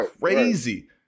crazy